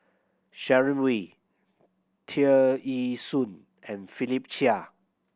Sharon Wee Tear Ee Soon and Philip Chia